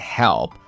help